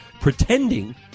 pretending—